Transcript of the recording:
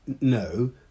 No